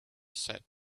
said